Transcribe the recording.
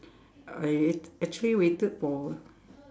I actually waited for